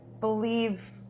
believe